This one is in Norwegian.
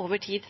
indikasjoner på at